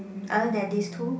other than these two